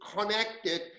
connected